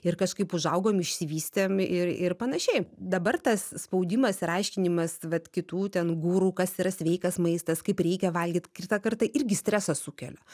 ir kažkaip užaugom išsivystėm ir ir panašiai dabar tas spaudimas ir aiškinimas vat kitų ten guru kas yra sveikas maistas kaip reikia valgyt kitą kartą irgi stresą sukelia